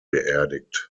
beerdigt